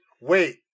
wait